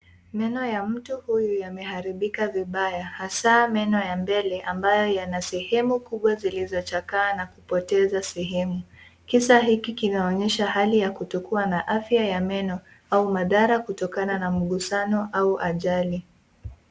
Meno ya mtu huyu yameharibika vibaya, hasa meno ya mbele ambayo yana sehemu kubwa zilizochakaa na kupoteza sehemu. Kisa hiki kinaonyesha hali ya kutokuwa na afya ya meno au madhara kutokana na mgusano au ajali.